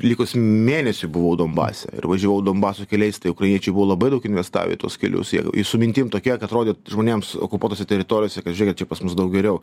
likus mėnesiui buvau donbase ir važiavau donbaso keliais tai ukrainiečiai buvo labai daug investavę į tuos kelius jie su mintim tokia kad rodyt žmonėms okupuotose teritorijose kad žėkit čia pas mus daug geriau